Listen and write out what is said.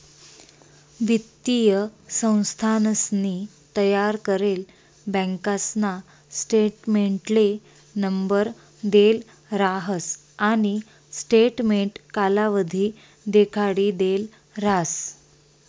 वित्तीय संस्थानसनी तयार करेल बँकासना स्टेटमेंटले नंबर देल राहस आणि स्टेटमेंट कालावधी देखाडिदेल राहस